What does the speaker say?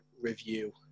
review